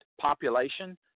population